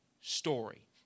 story